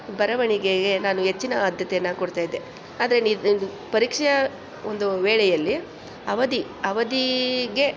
ಬರವಣಿಗೆಗೆ ನಾನು ಹೆಚ್ಚಿನ ಆದ್ಯತೆಯನ್ನು ಕೊಡ್ತಾಯಿದ್ದೆ ಆದರೆ ನಿದ್ ಪರೀಕ್ಷೆಯ ಒಂದು ವೇಳೆಯಲ್ಲಿ ಅವಧಿ ಅವಧಿಗೆ